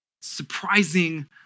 surprising